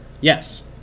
Yes